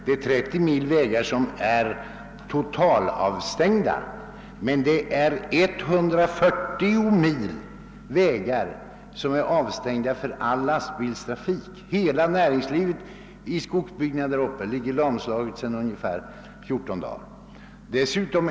Det är 30 mil som är totalavstängda, men 140 mil vägar är avstängda för all lastbilstrafik. Hela näringslivet i skogsbygderna där uppe ligger sedan bortåt 14 dagar lamslaget.